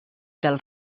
del